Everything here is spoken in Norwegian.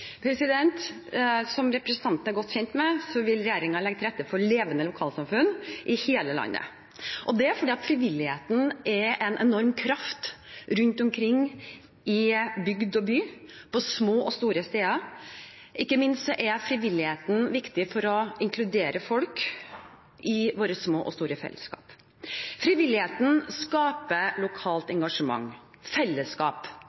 Som representanten er godt kjent med, vil regjeringen legge til rette for levende lokalsamfunn i hele landet. Frivilligheten er en enorm kraft rundt omkring i bygd og by, på små og store steder. Ikke minst er frivilligheten viktig for å inkludere folk i våre små og store fellesskap. Frivilligheten skaper lokalt